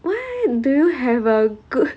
why do you have a group